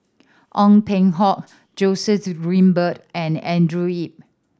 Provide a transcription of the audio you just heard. Ong Peng Hock Joseph Grimberg and Andrew Yip